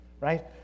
right